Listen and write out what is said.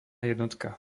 jednotka